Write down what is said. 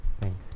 thanks